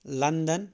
London